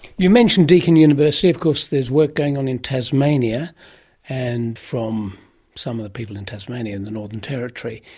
you mentioned deakin university. of course there is work going on in tasmania and, from some of the people in tasmania, in the northern territory.